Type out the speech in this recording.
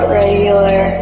regular